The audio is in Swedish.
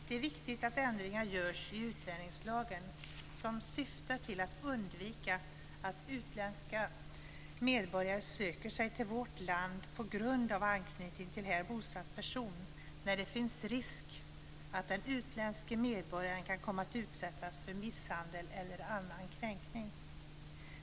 Det är viktigt att ändringar görs i utlänningslagen som syftar till att undvika att utländska medborgare söker sig till vårt land på grund av anknytning till här bosatt person när det finns risk att den utländske medborgaren kan komma att utsättas för misshandel eller annan kränkning.